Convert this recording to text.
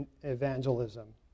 evangelism